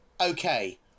Okay